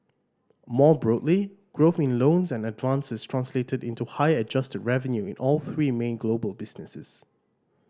more broadly growth in loans and advances translated into higher adjusted revenue in all three main global businesses